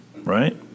right